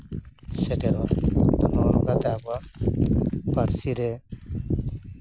ᱥᱮᱴᱮᱨᱚᱜᱼᱟ ᱟᱫᱚ ᱱᱚᱝᱠᱟᱛᱮ ᱟᱵᱚᱣᱟᱜ ᱯᱟᱹᱨᱥᱤ ᱨᱮ